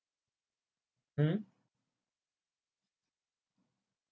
hmm